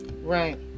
right